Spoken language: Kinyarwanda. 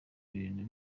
ibintu